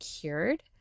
cured